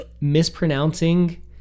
mispronouncing